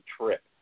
trip